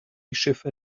schiffe